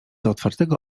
otwartego